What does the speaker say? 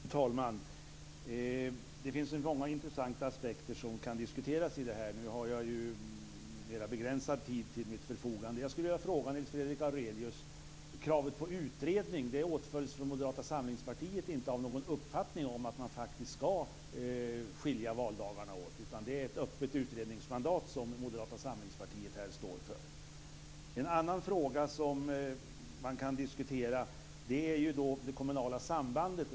Fru talman! Det finns många intressanta aspekter på detta som kan diskuteras, men jag har ju mer begränsad tid till mitt förfogande. Jag vill fråga Nils Fredrik Aurelius om några saker. Åtföljs inte kravet på utredning från Moderata samlingspartiet av någon uppfattning om att man faktiskt ska skilja valdagarna åt, utan är det ett öppet utredningsmandat som partiet här står för? En annan fråga som man kan diskutera gäller det kommunala sambandet.